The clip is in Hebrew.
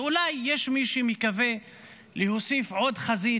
ואולי יש מי שמקווה להוסיף עוד חזית,